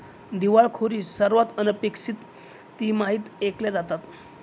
दिवाळखोरी सर्वात अनपेक्षित तिमाहीत ऐकल्या जातात